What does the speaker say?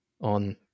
on